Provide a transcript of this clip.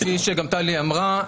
כפי שגם טלי אמרה,